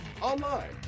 online